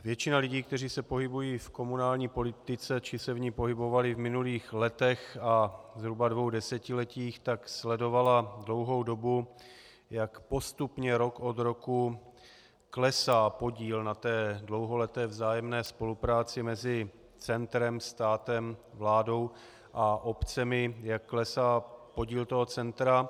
Většina lidí, kteří se pohybují v komunální politice či se v ní pohybovali v minulých letech a zhruba dvou desetiletích, sledovala dlouhou dobu, jak postupně rok od roku klesá podíl na dlouholeté vzájemné spolupráci mezi centrem, státem, vládou a obcemi, jak klesá podíl centra.